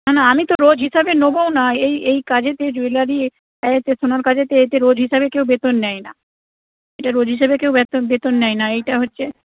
না না আমি তো রোজ হিসাবে নোবোও না এই এই কাজেতে জুয়েলারি সোনার কাজেতে এতে রোজ হিসাবে কেউ বেতন নেয় না এটা রোজ হিসেবে কেউ বেতন নেয় না এইটা হচ্ছে